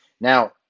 Now